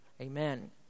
Amen